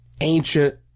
ancient